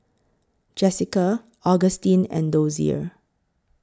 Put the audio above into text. Jessika Augustine and Dozier